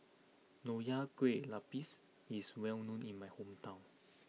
Nonya Kueh Lapis is well known in my hometown